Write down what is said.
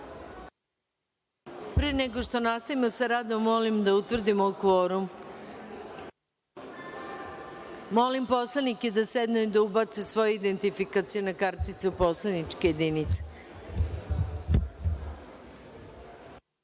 Pre nego što nastavimo sa radom, molim da utvrdimo kvorum. Molim poslanike da sednu i da ubace svoje identifikacione kartice u poslaničke